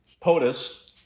POTUS